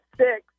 six